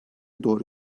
doğru